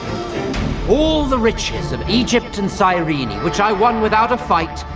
all the riches of egypt and so cyrene, which i won without a fight,